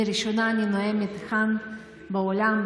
לראשונה אני נואמת כאן באולם,